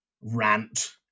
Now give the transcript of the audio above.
rant